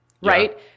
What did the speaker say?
right